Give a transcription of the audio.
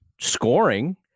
scoring